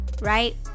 right